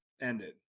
ended